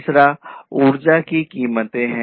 तीसरा ऊर्जा की कीमतें हैं